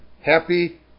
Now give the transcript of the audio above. happy